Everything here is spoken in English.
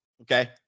Okay